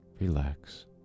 Relax